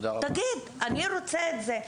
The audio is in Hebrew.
תגיד, אני רוצה את זה.